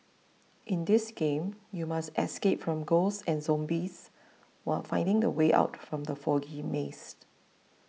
in this game you must escape from ghosts and zombies while finding the way out from the foggy maze